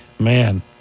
man